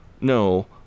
no